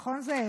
נכון, זאב?